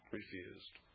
refused